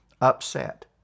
upset